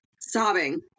Sobbing